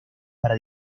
para